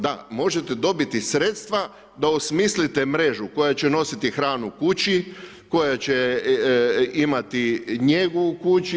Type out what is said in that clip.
Da, možete dobiti sredstva da osmislite mrežu koja će nositi hranu kući, koja će imati njegu u kući.